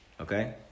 okay